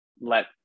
let